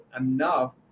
enough